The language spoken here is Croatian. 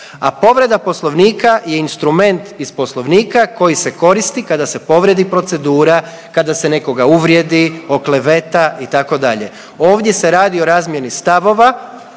a povreda Poslovnika je instrument iz Poslovnika koji se koristi kada se povrijedi procedura, kada se nekoga uvrijedi, okleveta, itd. Ovdje se radi o razmjeni stavova